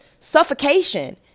suffocation